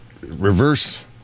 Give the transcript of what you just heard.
reverse